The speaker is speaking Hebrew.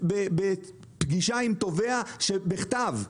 בפגישה עם תובע בכתב.